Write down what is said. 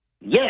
Yes